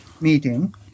meeting